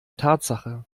tatsache